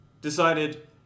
decided